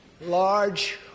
large